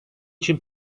için